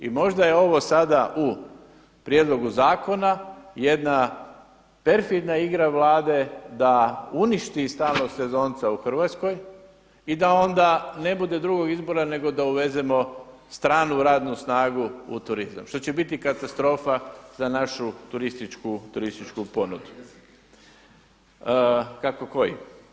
I možda je ovo sada u prijedlogu zakona jedna perfidna igra Vlade da uništi stalnog sezonca u Hrvatskoj i da onda ne bude drugog izbora nego da uvezemo stranu radnu snagu u turizam što će biti katastrofa za našu turističku ponudu. … [[Upadica se ne čuje.]] Kako koji.